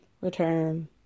return